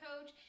coach